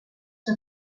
que